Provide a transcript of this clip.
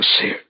see